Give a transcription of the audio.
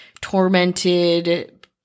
tormented